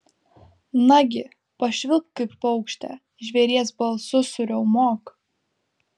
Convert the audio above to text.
nagi pašvilpk kaip paukštė žvėries balsu suriaumok